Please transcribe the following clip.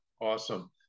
awesome